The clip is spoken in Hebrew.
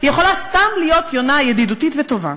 היא יכולה להיות סתם יונה ידידותית וטובה.